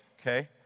Okay